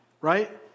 right